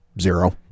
zero